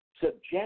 subject